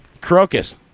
Crocus